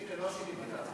כמובן,